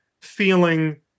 feeling